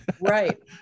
Right